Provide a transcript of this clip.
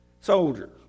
soldiers